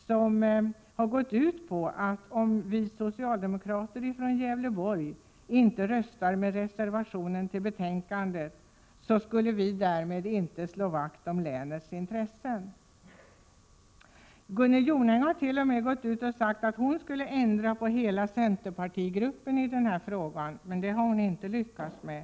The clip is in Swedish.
Den har gått ut på att om vi socialdemokrater från Gävleborg inte röstar med reservationen till betänkandet, skulle vi därmed inte värna länets intressen. Gunnel Jonäng har t.o.m. offentligt uttalat att hon hade för avsikt att ändra på hela centerpartigruppens inställning i den här frågan, vilket hon inte lyckats med.